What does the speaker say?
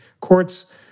courts